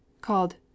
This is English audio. called